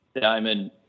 diamond